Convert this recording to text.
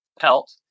Pelt